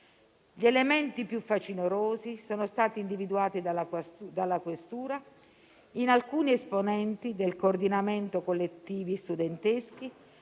Gli elementi più facinorosi sono stati individuati dalla questura in alcuni esponenti del Coordinamento collettivi studenteschi,